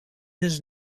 his